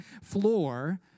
floor